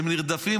הם נרדפים,